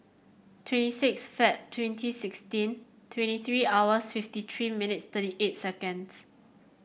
twenty six Feb twenty sixteen twenty three hours fifty three minutes thirty eight seconds